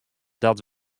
dat